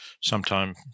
sometime